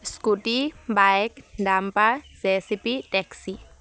scooty bike dumper JCB taxi